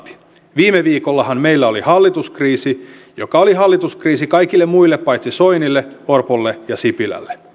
viime viikollahan meillä oli hallituskriisi joka oli hallituskriisi kaikille muille paitsi soinille orpolle ja sipilälle